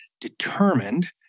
determined